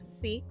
six